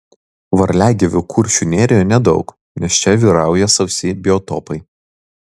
varliagyvių kuršių nerijoje nedaug nes čia vyrauja sausi biotopai